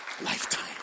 lifetime